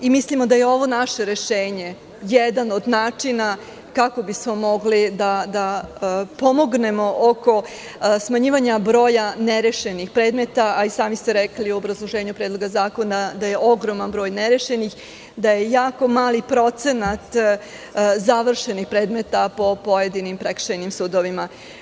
Mislimo da je ovo naše rešenje jedan od načina kako bismo mogli da pomognemo oko smanjivanja broja nerešenih predmeta, a i sami ste rekli u obrazloženju Predloga zakona da je ogroman broj nerešenih, da je jako mali procenat završenih predmeta po pojedinim prekršajnim sudovima.